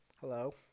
Hello